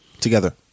together